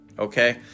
Okay